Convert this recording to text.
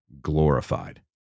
glorified